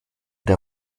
der